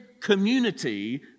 community